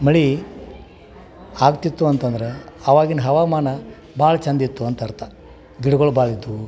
ಮಳೆ ಆಗ್ತಿತ್ತು ಅಂತಂದ್ರೆ ಅವಾಗಿನ ಹವಾಮಾನ ಭಾಳ ಚಂದಿತ್ತು ಅಂತ ಅರ್ಥ ಗಿಡಗಳ್ ಭಾಳ ಇದ್ದವು